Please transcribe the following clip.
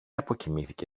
αποκοιμήθηκε